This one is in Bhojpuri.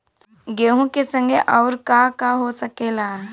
गेहूँ के संगे आऊर का का हो सकेला?